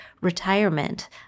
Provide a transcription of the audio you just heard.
retirement